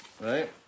right